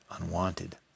unwanted